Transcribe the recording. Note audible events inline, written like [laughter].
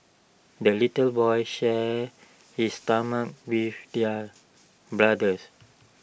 the little boy shared his [unintelligible] with their brothers